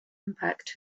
impact